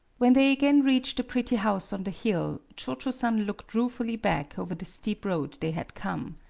when they again reached the pretty house on the hill, cho-cho-san looked ruefully back over the steep road they had come.